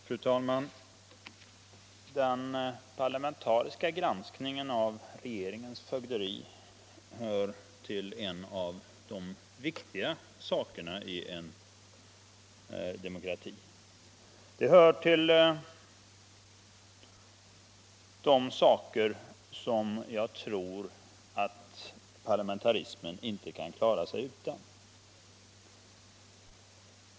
Fru talman! Den parlamentariska granskningen av regeringens fögderi är en av de viktigaste sakerna i en demokrati. Den hör till de ting som jag tror att parlamentarismen inte kan klara sig utan.